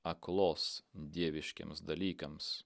aklos dieviškiems dalykams